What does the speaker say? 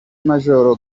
major